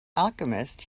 alchemist